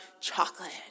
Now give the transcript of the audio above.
chocolate